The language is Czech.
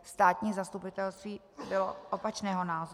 Státní zastupitelství bylo opačného názoru.